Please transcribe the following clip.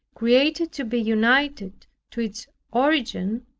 created to be united to its origin,